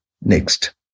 Next